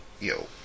Yo